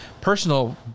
personal